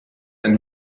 ein